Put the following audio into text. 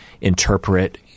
interpret